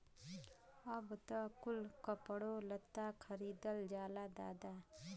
अब त कुल कपड़ो लत्ता खरीदल जाला दादा